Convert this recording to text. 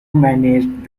managed